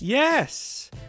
Yes